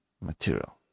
material